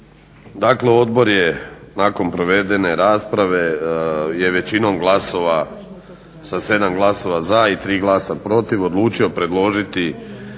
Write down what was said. Dakle, odbor je nakon provedene rasprave većinom glasova sa 7 glasova za i 3 glasa protiv odlučio predložiti